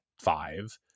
five